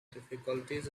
difficulties